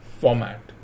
format